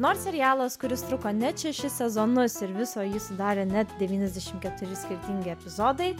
nors serialas kuris truko net šešis sezonus ir visą jį sudarė net devyniasdešim keturi skirtingi epizodai